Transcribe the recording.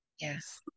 Yes